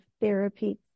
therapy